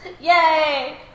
Yay